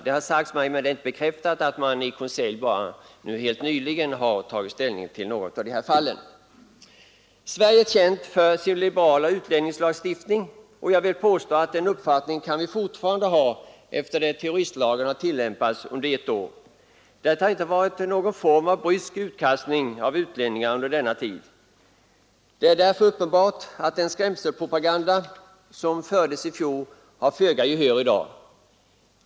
Det har sagts mig — men det är inte bekräftat — att regeringen helt nyligen i konselj tagit ställning till några av dessa fall. Sverige är känt för sin liberala utlänningslagstiftning. Jag vill påstå att vi efter det att terroristlagen nu tillämpats i ett år fortfarande kan anse oss ha en liberal utlänningslagstiftning. Det har under denna tid inte förekommit någon brysk utkastning av utlänningar. Det är därför uppenbart att den skrämselpropaganda som fördes i fjol vinner föga gehör i dag.